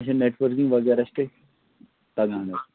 اچھا نٮ۪ٹوٕرکِنٛگ وغیرہ چھِ تۄہہِ تگان حظ